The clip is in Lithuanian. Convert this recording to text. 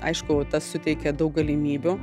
aišku suteikia daug galimybių